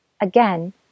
Again